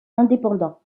indépendant